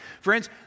friends